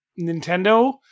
Nintendo